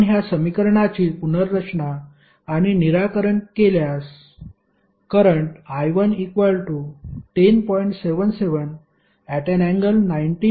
आपण ह्या समीकरनाची पुनर्रचना आणि निराकरण केल्यास करंट I1 10